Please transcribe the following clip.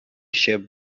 się